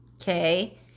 Okay